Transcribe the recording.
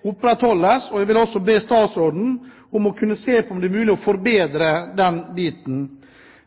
opprettholdes, for den er svært viktig også for denne industrien. Jeg vil også be statsråden se på om det er mulig å forbedre den biten.